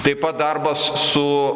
taip pat darbas su